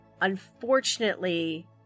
Unfortunately